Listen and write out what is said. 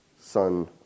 son